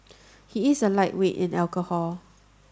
he is a lightweight in alcohol